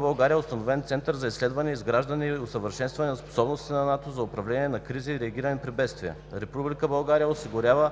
България е установен Център за изследване, изграждане и усъвършенстване на способностите на НАТО за управление на кризи и реагиране при бедствия. Република България осигурява